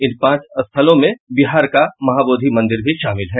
इन पांच स्थलों में बिहार का महाबोधि मंदिर भी शामिल है